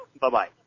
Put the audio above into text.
Bye-bye